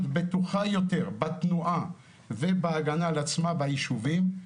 בטוחה יותר בתנועה ובהגנה על עצמה ביישובים,